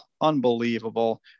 unbelievable